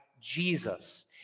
Jesus